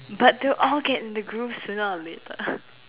but they'll all get in the groove sooner or later